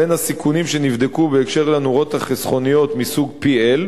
בין הסיכונים שנבדקו בהקשר של נורות החסכוניות מסוג PL,